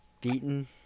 Beaten